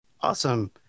Awesome